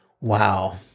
Wow